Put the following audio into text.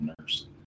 nurse